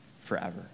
forever